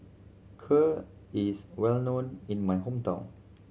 Kheer is well known in my hometown